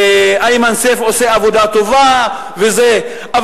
ו"איימן סייף עושה עבודה טובה" וכו' לא.